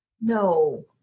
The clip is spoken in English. No